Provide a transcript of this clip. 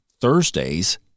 Thursday's